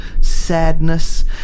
sadness